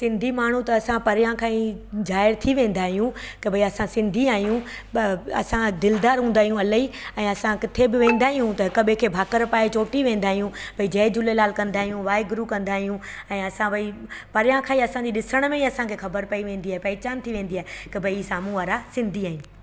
सिंधी माण्हू त असां परियां खां ई जाहिरु थी वेंदा आहियूं के भई असां सिंधी आहियूं ब असां दिलदारु हूंदा आहियूं अलाही ऐं असां किथे बि वेंदा आहियूं त हिक ॿिए खे भाकुर पाए चोटी वेंदा आहियूं भई जय झूलेलाल कंदा आहियूं वाहेगुरु कंदा आहियूं ऐं असां वेही परिया खां ई असांजी ॾिसण में ई असांखे ख़बर पई वेंदी आहे पहचान थी वेंदी आहे के भई साम्हू वारा सिंधी आहिनि